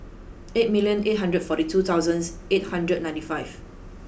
eight million eight hundred forty two thousand eight hundred ninety five